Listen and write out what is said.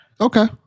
Okay